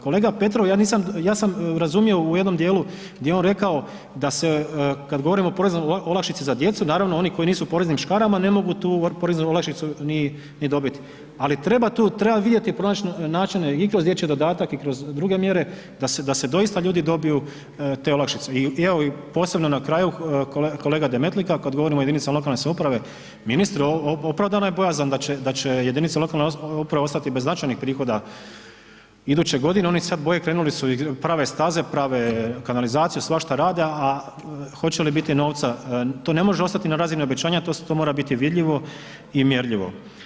Kolega Petrov, ja nisam, ja sam razumio u jednom dijelu di je on rekao da se, kad govorimo o poreznoj olakšici za djecu, naravno oni koji nisu u poreznim škarama ne mogu tu poreznu olakšicu ni, ni dobiti, ali treba tu, treba vidjeti i pronać načine i kroz dječji dodatak i kroz druge mjere da se, da se doista ljudi dobiju te olakšice i evo i posebno na kraju kolega Demetlika kad govorimo o jedinicama lokalne samouprave, ministre opravdana je bojazan da će, da će jedinice lokalne uprave ostati bez značajnih prihoda iduće godine, oni se sad boje, krenuli su i prave staze i prave kanalizaciju, svašta rade, a hoće li biti novca, to ne može ostati na razini obećanja, to mora biti vidljivo i mjerljivo.